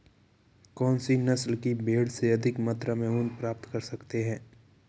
कौनसी नस्ल की भेड़ से अधिक मात्रा में ऊन प्राप्त कर सकते हैं?